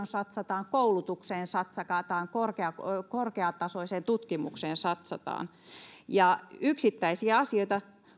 satsataan koulutukseen satsataan korkeatasoiseen tutkimukseen satsataan ja yksittäisiä asioita